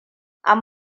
an